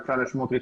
בצלאל סמוטריץ'.